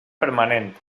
permanent